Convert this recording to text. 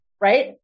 right